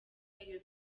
iyo